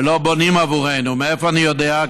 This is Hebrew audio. ולא בונים עבורנו, מאיפה אני יודע?